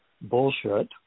bullshit